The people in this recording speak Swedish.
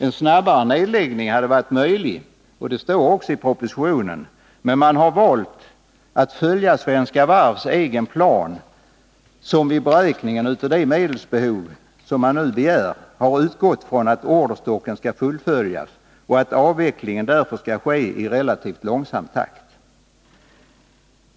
En snabbare nedläggning hade varit möjlig — och det står också i propositionen — men man har valt att följa Svenska Varvs egen plan, som vid beräkningen av medelsbehov utgått från att orderstocken skall fullföljas och att avvecklingen därför skall ske i relativt långsam takt.